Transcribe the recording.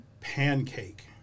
pancake